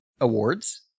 awards